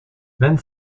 vingt